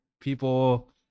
people